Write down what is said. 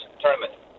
tournament